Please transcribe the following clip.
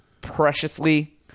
preciously